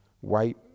white